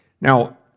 Now